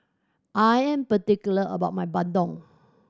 I am particular about my bandung